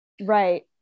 right